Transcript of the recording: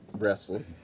wrestling